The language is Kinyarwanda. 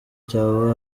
cyawe